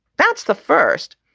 that's the first.